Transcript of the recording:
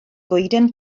goeden